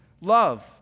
love